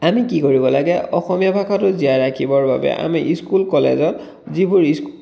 আমি কি কৰিব লাগে অসমীয়া ভাষাটো জীয়াই ৰাখিবৰ বাবে আমি ইস্কুল কলেজত যিবোৰ ইস্কুল